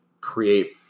create